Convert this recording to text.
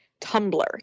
Tumblr